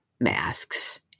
Masks